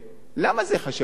למה זה ייחשב אותו דבר?